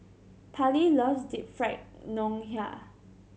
Parley loves Deep Fried Ngoh Hiang